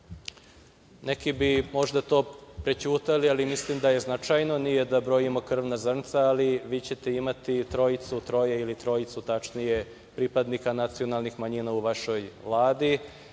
neki bi možda to prećutali, ali mislim da je značajno, nije da brojimo krvna zrnca, ali vi ćete imati i trojicu pripadnika nacionalnih manjina u vašoj Vladi,